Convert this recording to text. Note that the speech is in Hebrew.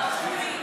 לא שומעים.